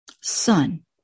son